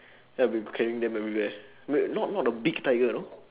then I'll be carrying them everywhere wait not not the big tiger you know